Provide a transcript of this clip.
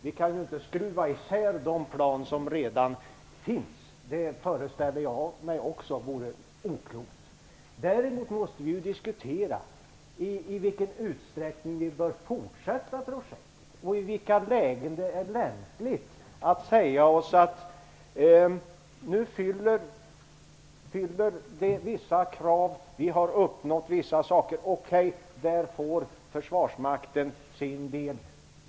Vi kan inte skruva isär de plan som redan finns. Det föreställer jag mig också vore oklokt. Däremot måste vi diskutera i vilken utsträckning vi bör fortsätta projektet, i vilka lägen det är lämpligt att säga att det nu uppfyller vissa krav, att vi uppnått vissa saker och att Försvarsmakten därför kan få sin del.